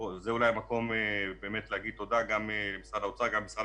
וזה אולי המקום באמת להגיד תודה גם למשרד האוצר וגם למשרד